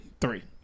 Three